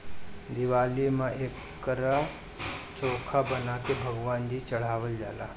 दिवाली में एकर चोखा बना के भगवान जी चढ़ावल जाला